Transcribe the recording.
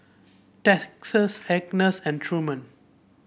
Texas Agness and Truman